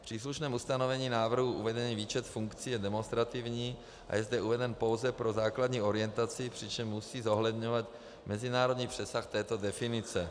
V příslušném ustanovení návrhu uvedený výčet funkcí je demonstrativní a je zde uveden pouze pro základní orientaci, přičemž musí zohledňovat mezinárodní přesah této definice.